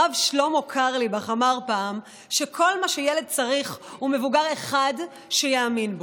הרב שלמה קרליבך אמר פעם שכל מה שילד צריך הוא מבוגר אחד שיאמין בו.